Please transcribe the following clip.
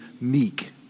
meek